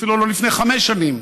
אפילו לא לפני חמש שנים,